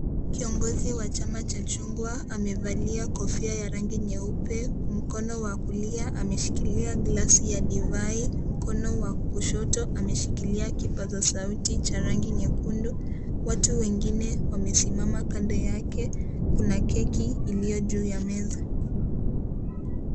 Kiongozi wa chama cha chungwa amevalia kofia ya rangi nyeupe. Mkono wa kulia ameshikilia glasi ya divai mkono wa kushoto ameshikilia kipaza sauti cha rangi nyekundu. Watu wengine wamesimama kande yake. Kuna keki iliyo juu ya meza.